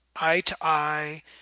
eye-to-eye